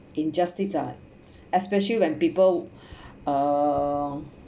injustice ah especially when people uh